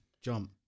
jump